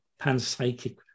panpsychic